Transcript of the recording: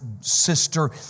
sister